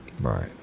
right